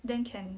then can